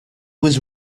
was